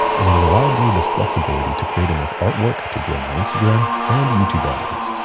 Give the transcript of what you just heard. and it it allowed me this flexibility to create enough artwork to grow my instagram and youtube audience.